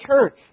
church